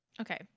Okay